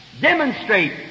demonstrate